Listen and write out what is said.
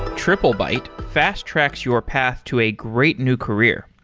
triplebyte fast-tracks your path to a great new career.